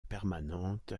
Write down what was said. permanente